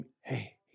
hey